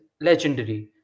legendary